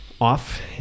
off